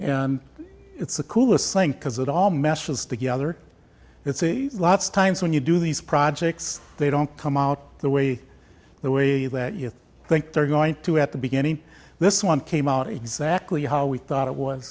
and it's the coolest thing because it all meshes together it's a lot sometimes when you do these projects they don't come out the way the way that you think they're going to at the beginning this one came out exactly how we thought it was